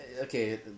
Okay